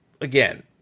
again